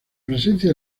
presencia